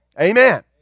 Amen